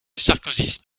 sarkozysme